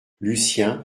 lucien